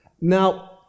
Now